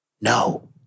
No